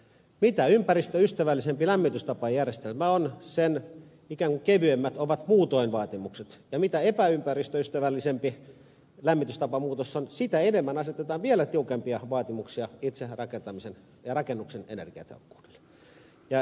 mitä ympäristöystävällisempi lämmitystapajärjestelmä on sen ikään kuin kevyemmät ovat muutoin vaatimukset ja mitä epäympäristöystävällisempi lämmitystapa on sitä enemmän asetetaan vielä tiukempia vaatimuksia itse rakentamisen ja rakennuksen energiatehokkuudelle